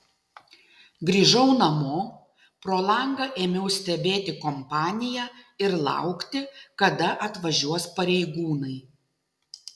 grįžau namo pro langą ėmiau stebėti kompaniją ir laukti kada atvažiuos pareigūnai